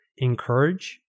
encourage